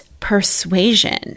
persuasion